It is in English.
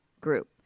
group